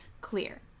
clear